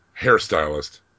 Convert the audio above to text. hairstylist